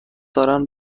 دارند